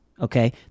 Okay